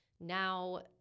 Now